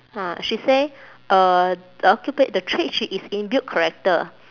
ha she say uh the occupa~ the trade she is in build character